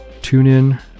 TuneIn